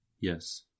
Yes